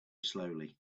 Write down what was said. slowly